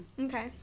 Okay